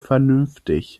vernünftig